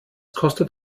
kostet